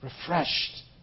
refreshed